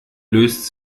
löst